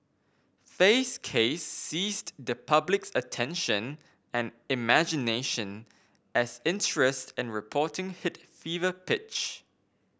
fay's case seized the public's attention and imagination as interest and reporting hit fever pitch